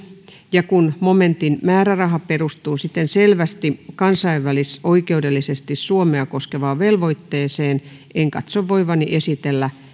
ja kun momentin määräraha perustuu siten selvästi kansainvälisoikeudellisesti suomea koskevaan velvoitteeseen en katso voivani esitellä